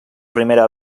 primera